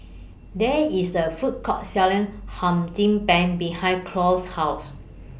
There IS A Food Court Selling Hum Chim Peng behind Cloyd's House